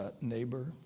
neighbor